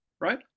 right